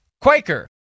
quaker